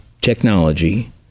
technology